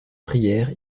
prières